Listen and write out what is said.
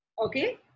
Okay